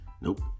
Nope